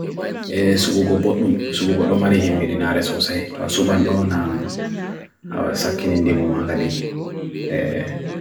Sub nbuke lmari himi din aresuwase. Suban lmaw na sakin indi mwagadi.